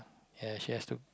ya she has to